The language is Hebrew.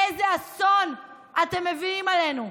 איזה אסון אתם מביאים עלינו.